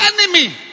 enemy